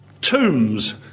Tombs